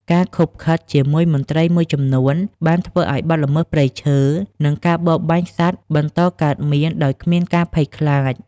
ការឃុបឃិតជាមួយមន្ត្រីមួយចំនួនបានធ្វើឱ្យបទល្មើសព្រៃឈើ និងការបរបាញ់សត្វបន្តកើតមានដោយគ្មានការភ័យខ្លាច។